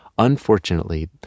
Unfortunately